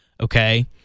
okay